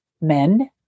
men